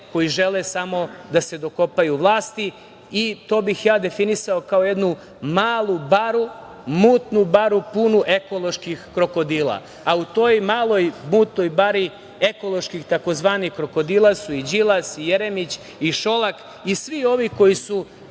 koji žele samo da se dokopaju vlasti. To bih ja definisao kao jednu malu baru, mutnu baru punu ekoloških krokodila. U toj maloj mutnoj bari ekoloških, takozvanih krokodila su i Đilas, Jeremić, Šolak, i svi ovi koji su,